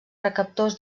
recaptadors